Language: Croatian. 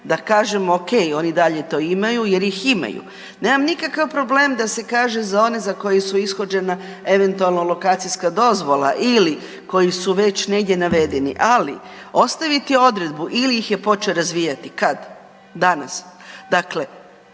da kažemo, okej, oni i dalje to imaju jer ih imaju. Nemam nikakav problem da se kaže za one za koji su ishođena eventualno lokacijska dozvola ili koji su već negdje navedeni, ali ostaviti odredbu ili ih je počeo razvijati. Kad? Danas? Dakle,